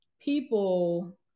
people